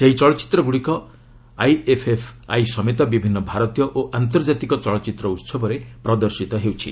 ସେହି ଚଳଚ୍ଚିତ୍ରଗୁଡ଼ିକ ଆଇଏଫ୍ଏଫ୍ଆଇ ସମେତ ବିଭିନ୍ନ ଭାରତୀୟ ଓ ଆନ୍ତର୍ଜାତିକ ଚଳଚ୍ଚିତ୍ର ଉତ୍ସବରେ ପ୍ରଦର୍ଶୀତ ହେଉଛି